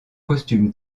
costume